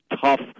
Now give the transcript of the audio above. tough